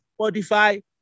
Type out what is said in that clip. Spotify